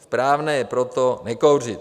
Správné je proto nekouřit.